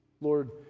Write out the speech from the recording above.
Lord